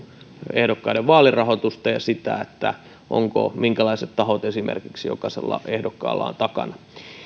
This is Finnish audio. ehdokkaiden vaalirahoitusta ja esimerkiksi sitä minkälaiset tahot jokaisella ehdokkaalla on takanaan